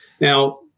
Now